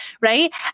right